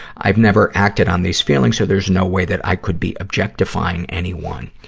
i've never acted on these feelings, so there's no way that i could be objectifying anyone.